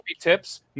tips